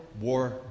War